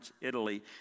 Italy